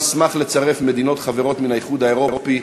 נשמח לצרף מדינות חברות מהאיחוד האירופי,